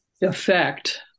effect